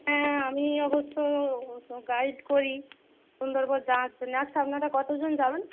হ্যাঁ আমি অবশ্য গাইড করি সুন্দরবন যাওয়ার জন্যে আচ্ছা আপনারা কত জন যাবেন